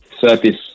surface